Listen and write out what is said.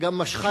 שגם משכה,